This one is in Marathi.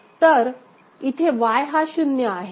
तर इथे Y हा शून्य आहे